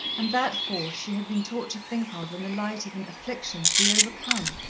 and that force she had been taught to think of in the light of an affliction to be overcome.